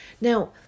Now